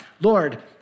Lord